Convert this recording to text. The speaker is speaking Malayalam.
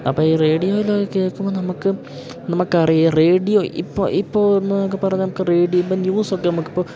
അപ്പം ഈ റേഡിയോയിലൊക്കെ കേൾക്കുമ്പോൾ നമുക്ക് നമുക്കറിയാം റേഡിയോ ഇപ്പോൾ ഇപ്പോഴെന്നൊക്കെ പറഞ്ഞാൽ നമുക്ക് റേഡിയോ ഇപ്പം ന്യൂസൊക്കെ നമുക്കിപ്പോൾ